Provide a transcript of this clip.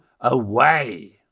away